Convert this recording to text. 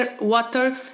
water